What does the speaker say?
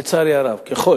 לצערי הרב, ככל